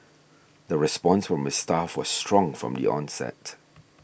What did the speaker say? the response from its staff was strong from the onset